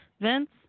Vince